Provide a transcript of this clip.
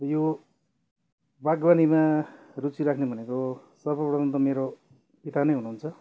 यो बागवानीमा रुचि राख्ने भनेको सर्वप्रथम त मेरो पिता नै हुनुहुन्छ